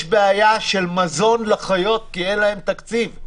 יש בעיה של מזון לחיות כי אין להם תקציב.